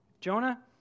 Jonah